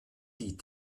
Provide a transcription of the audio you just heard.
die